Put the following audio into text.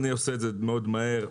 אני עושה את זה מאוד מהר.